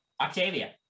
Octavia